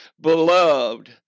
Beloved